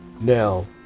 Now